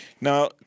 Now